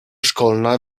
szkolna